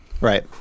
Right